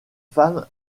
femme